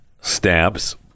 Stamps